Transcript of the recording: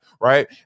right